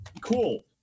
Cool